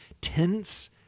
tense